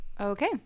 Okay